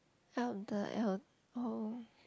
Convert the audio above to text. help the el~ oh